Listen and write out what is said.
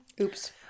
Oops